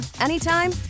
anytime